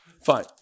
Fine